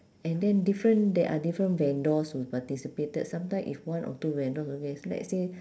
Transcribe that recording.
and then different there are different vendors who participated sometime if one or two vendors okay let's say